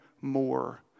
more